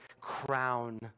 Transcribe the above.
crown